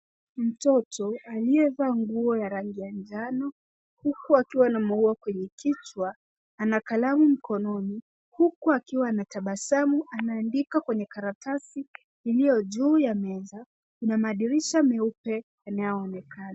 Mtoto aliyevaa nguo ya rangi ya njano, huku akiwa na maua kwenye kichwa. Ana kalamu mkononi huku akiwa anatabasamu. Anaandika kwenye karatasi iliyo juu ya meza. Kuna madirisha meupe yanayoonekana.